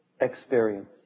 experience